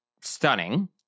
stunning